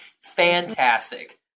fantastic